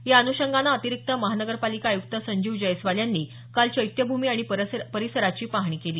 या अन्षंगानं अतिरिक्त महापालिका आयुक्त संजीव जयस्वाल यांनी काल चैत्यभूमी आणि परिसराची पाहणी केली